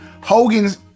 Hogan's